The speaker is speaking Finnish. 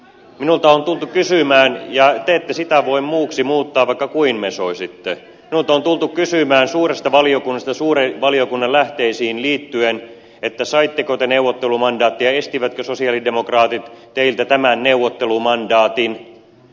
minulta on tultu kysymään ja te ette sitä voi muuksi muuttaa vakaa kuin me soi sitten vaikka kuinka mesoisitte suuresta valiokunnasta suuren valiokunnan lähteisiin liittyen että saitteko te neuvottelumandaattia ja estivätkö sosialidemokraatit teiltä tämän neuvottelumandaatin